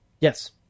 Yes